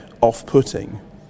off-putting